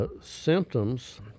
Symptoms